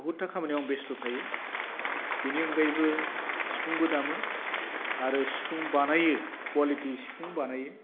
बुहुथ था खामानियाव आं बेस्थ' थायो बेनि अनगायैबो सिफुंबो दामो आरो सिफुं बानायो कयालिटि सिफुं बानायो